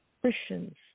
Christians